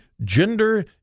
Gender